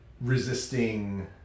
resisting